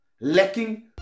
lacking